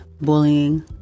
bullying